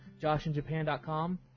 joshinjapan.com